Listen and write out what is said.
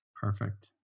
Perfect